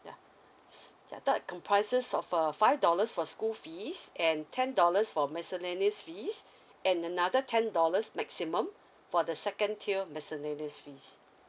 yeah I thought comprises of uh five dollars for school fees and ten dollars for miscellaneous fees and another ten dollars maximum for the second tier miscellaneous fees